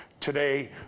Today